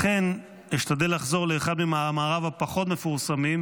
לכן אשתדל לחזור לאחד ממאמריו הפחות-מפורסמים,